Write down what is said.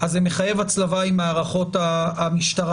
זה מחייב הצלבה עם מערכות המשטרה.